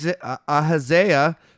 Ahaziah